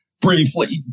briefly